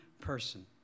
person